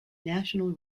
national